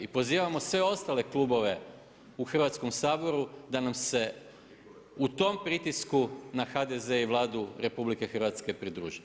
I pozivamo sve ostale klubove u Hrvatskom saboru da nam se u tom pritisku na HDZ i Vladu RH pridruži.